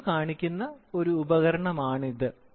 അളവ് കാണിക്കുന്ന ഒരു ഉപകരണമാണിത്